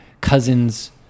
cousin's